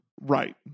Right